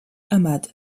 ahmad